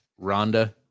Rhonda